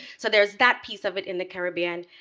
so there's that piece of it in the caribbean,